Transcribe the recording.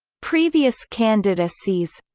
previous candidacies